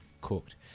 cooked